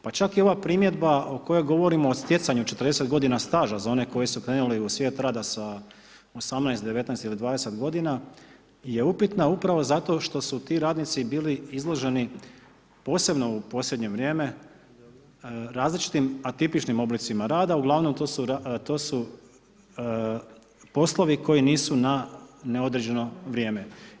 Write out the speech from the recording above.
Pa čak i ova primjedba o kojoj govorimo o stjecanju 40 g. staža za one koji su krenuli u svijet rada sa 18, 19 ili 20 g. je upitno upravo zato što su ti radnici bili izloženi posebno u posljednje vrijeme različitim atipičnim oblicima rada uglavnom to su poslovi koji nisu na neodređeno vrijeme.